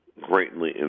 greatly